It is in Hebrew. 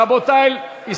רבותי,